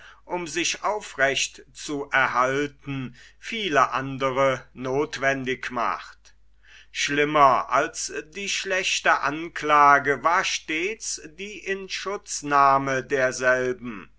um sich aufrecht zu erhalten viele andre nothwendig macht schlimmer als die schlechte anklage war stets die inschutznahme derselben